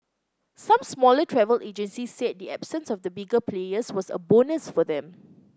some smaller travel agencies said the absence of the bigger players was a bonus for them